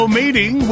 meeting